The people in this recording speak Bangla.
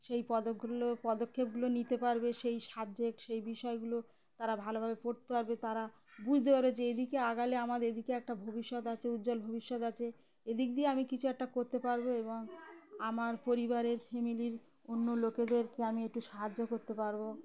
সেই পদকগুলো পদক্ষেপগুলো নিতে পারবে সেই সাবজেক্ট সেই বিষয়গুলো তারা ভালোভাবে পড়তে পারবে তারা বুঝতে পারবে যে এদিকে এগোলে আমার এদিকে একটা ভবিষ্যৎ আছে উজ্জ্বল ভবিষ্যৎ আছে এদিক দিয়ে আমি কিছু একটা করতে পারব এবং আমার পরিবারের ফ্যামিলির অন্য লোকেদেরকে আমি একটু সাহায্য করতে পারব